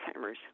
Alzheimer's